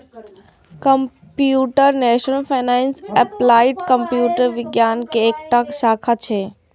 computational finance applied computer विज्ञान के एकटा शाखा छियै